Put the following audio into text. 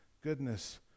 goodness